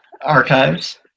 Archives